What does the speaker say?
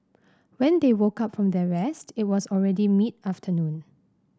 when they woke up from their rest it was already mid afternoon